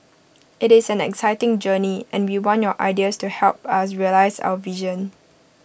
IT is an exciting journey and we want your ideas to help us realise our vision